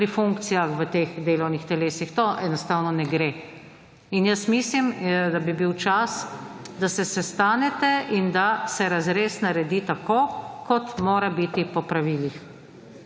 pri funkcijah v teh delovnih telesih. To enostavno ne gre. In jaz mislim, da bi bil čas, da se sestanete in da se razrez naredi tako, kot mora biti po pravilih.